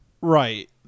Right